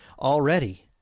Already